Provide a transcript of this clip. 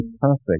perfect